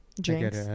drinks